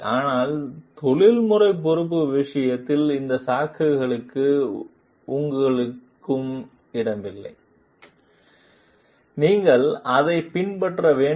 ஆனால் தொழில்முறை பொறுப்பு விஷயத்தில் இந்த சாக்குகளுக்கு உங்களுக்கு இடமில்லை நீங்கள் அதைப் பின்பற்ற வேண்டும்